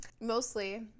mostly